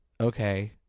okay